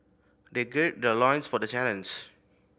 they gird their loins for the challenge